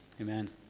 Amen